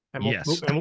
yes